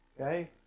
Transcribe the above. okay